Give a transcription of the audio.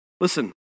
Listen